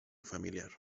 familiar